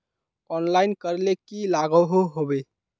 Online करले की लागोहो होबे?